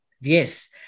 Yes